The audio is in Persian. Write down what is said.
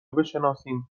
بشناسیم